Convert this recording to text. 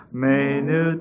menu